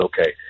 okay